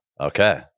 Okay